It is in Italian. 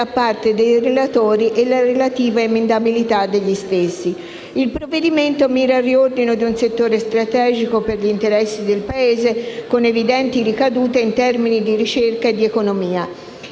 Il provvedimento mira al riordino di un settore strategico per gli interessi del Paese con evidenti ricadute in termini di ricerca e di economia.